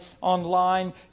online